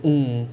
um